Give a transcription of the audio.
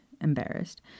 embarrassed